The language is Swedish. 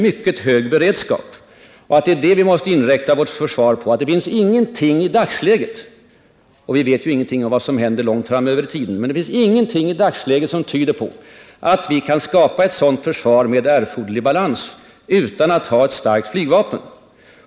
Vi måste inrikta vårt försvar på att ingenting i dagsläget — och vi vet inte någonting om vad som händer långt framöver i tiden — tyder på att vi kan skapa ett sådant försvar med erforderlig balans utan att ha ett starkt flygvapen.